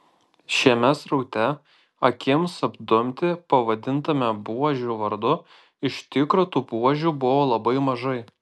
šiame sraute akims apdumti pavadintame buožių vardu iš tikro tų buožių buvo labai mažai